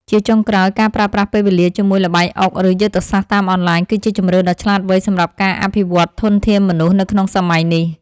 ជាចុងក្រោយការប្រើប្រាស់ពេលវេលាជាមួយល្បែងអុកឬយុទ្ធសាស្ត្រតាមអនឡាញគឺជាជម្រើសដ៏ឆ្លាតវៃសម្រាប់ការអភិវឌ្ឍធនធានមនុស្សនៅក្នុងសម័យនេះ។